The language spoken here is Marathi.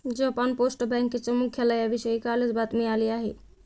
जपान पोस्ट बँकेच्या मुख्यालयाविषयी कालच बातमी आली आहे